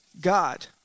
God